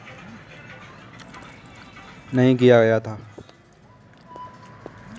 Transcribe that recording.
गरीब कल्याण रोजगार अभियान को बीस जून दो हजार बीस को लान्च किया गया था